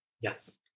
Yes